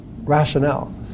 rationale